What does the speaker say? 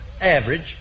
average